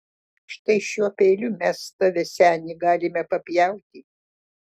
štai šiuo peiliu mes tave seni galime papjauti